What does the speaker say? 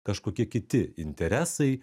kažkokie kiti interesai